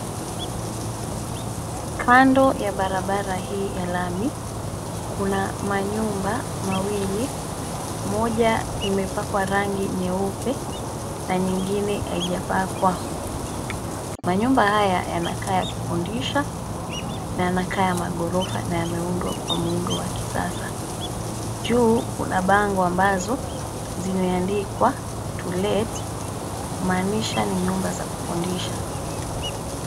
Kando ya barabara hii ya lami, kuna manyumba mawili, moja imepakwa rangi nyeupe, na nyingine haijapakwa. Manyumba haya yanakaa ya kukodisha na yanakaa ya maghorofa na yameundwa kwa muundo wa kisasa. Juu, kuna bango ambazo zimeandikwa to let kumaanisha ni nyumba za kukodisha.